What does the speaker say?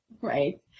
Right